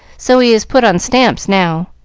so he is put on stamps now.